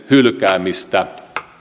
hylkäämistä